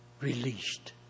released